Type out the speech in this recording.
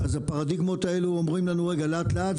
הפרדיגמות האלה אומרות לנו לאט-לאט,